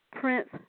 prince